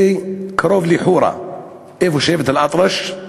הוא קרוב לחורה, שם שבט אלאטרש.